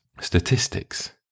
statistics